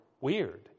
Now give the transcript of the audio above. weird